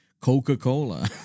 Coca-Cola